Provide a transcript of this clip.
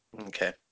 Okay